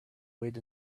wait